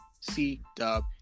C-Dub